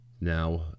Now